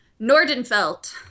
Nordenfelt